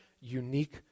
unique